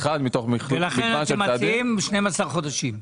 ולכן אתם מציעים 12 חודשים?